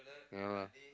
ya lah